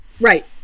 Right